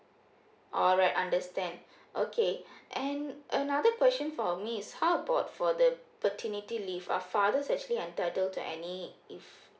alright understand okay and another question for me is how about for the paternity leave are father's actually entitled to any leave